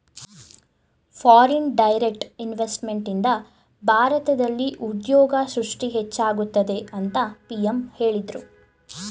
foreign direct ಇನ್ವೆಸ್ತ್ಮೆಂಟ್ನಿಂದ ಭಾರತದಲ್ಲಿ ಉದ್ಯೋಗ ಸೃಷ್ಟಿ ಹೆಚ್ಚಾಗುತ್ತದೆ ಅಂತ ಪಿ.ಎಂ ಹೇಳಿದ್ರು